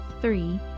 three